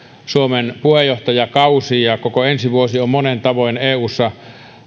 suomen puheenjohtajakausi ja koko ensi vuosi on monin tavoin eussa